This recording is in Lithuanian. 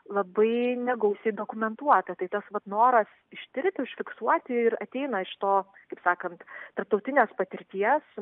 labai negausiai dokumentuota tai tas vat noras ištirti užfiksuoti ir ateina iš to taip sakant tarptautinės patirties